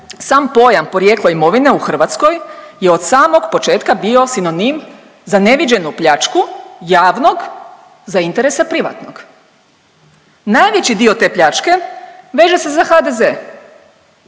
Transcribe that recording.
sam pojam porijeklo imovine u Hrvatskoj je od samog početka bio sinonim za neviđenu pljačku javnog za interese privatnog. Najveći dio te pljačke veže se za HDZ.